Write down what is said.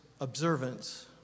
observance